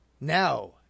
Now